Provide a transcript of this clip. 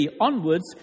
onwards